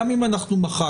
גם אם אנחנו מחקנו,